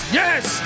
yes